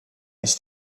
ist